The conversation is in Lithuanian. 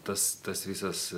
tas tas visas